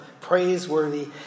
praiseworthy